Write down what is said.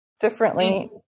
differently